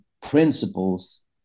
principles